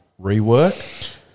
rework